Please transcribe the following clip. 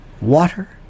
water